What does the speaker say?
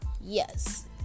Yes